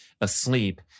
asleep